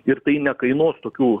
ir tai nekainuos tokių